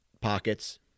pockets